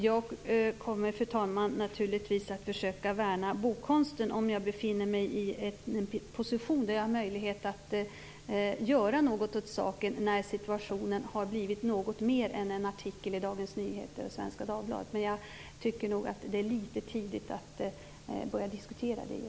Fru talman! Jag kommer naturligtvis att försöka värna bokkonsten om jag befinner mig i en position där jag har möjlighet att göra någonting åt saken när situationen har blivit något mer än en artikel i Dagens Nyheter eller Svenska Dagbladet. Jag tycker att det är litet tidigt att börja diskutera det nu.